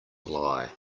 lie